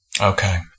Okay